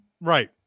Right